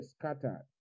scattered